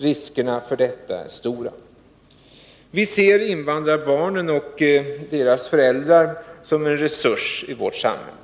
Riskerna för detta är stora. Vi ser invandrarbarnen och deras föräldrar som en resurs i vårt samhälle.